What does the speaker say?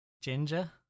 Ginger